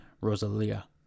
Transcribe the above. Rosalia